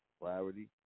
Clarity